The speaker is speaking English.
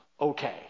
okay